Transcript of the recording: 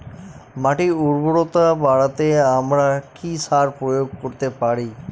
মাটির উর্বরতা বাড়াতে আমরা কি সার প্রয়োগ করতে পারি?